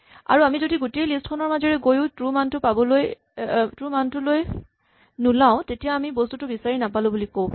আৰু আমি যদি গোটেই লিষ্ট খনৰ মাজেৰে গৈয়ো ট্ৰু মানটো লৈ নোলাওঁ তেতিয়া আমি বস্তুটো বিচাৰি নাপালো বুলি ক'ব পাৰিম